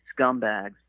scumbags